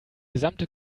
gesamte